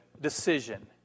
decision